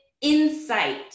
insight